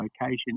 location